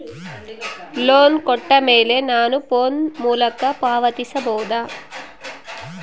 Loan ಕೊಟ್ಟ ಮೇಲೆ ನಾನು ಫೋನ್ ಮೂಲಕ ಪಾವತಿಸಬಹುದಾ?